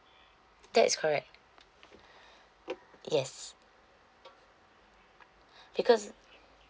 that is correct yes because